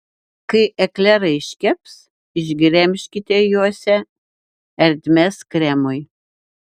kai eklerai iškeps išgremžkite juose ertmes kremui